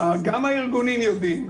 גם הארגונים יודעים.